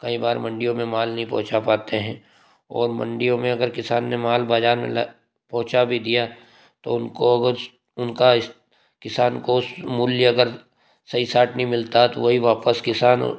कई बार मंडियों में माल नहीं पहुँचा पाते हैं और मंडियों में अगर किसान ने माल बजार में पहुँचा भी दिया तो उनको कुछ उनका किसान को मूल्य अगर सही साट नहीं मिलता तो वही वापस किसान